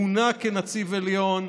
מונה כנציב עליון.